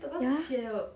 ya